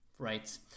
right